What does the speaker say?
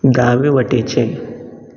दावे वटेचें